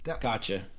gotcha